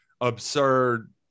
absurd –